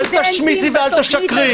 -- אל תשמיצי ואל תשקרי.